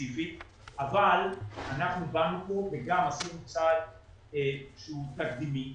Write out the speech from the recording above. ספציפית אבל אנחנו באנו כאן וגם עשינו צעד שהוא תקדימי.